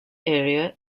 area